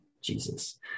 Jesus